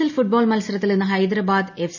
L football മത്സരത്തിൽ ഇന്ന് Hyderabad F